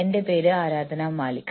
എന്റെ പേര് ആരാധന മാലിക്